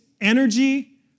energy